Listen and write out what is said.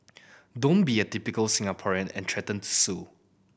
don't be a typical Singaporean and threaten to sue